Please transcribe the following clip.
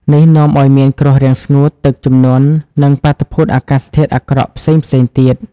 នេះនាំឱ្យមានគ្រោះរាំងស្ងួត ទឹកជំនន់ និងបាតុភូតអាកាសធាតុអាក្រក់ផ្សេងៗទៀត។